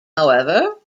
however